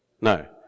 No